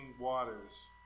waters